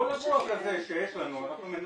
כל חשוד שיש לנו אנחנו מנסים.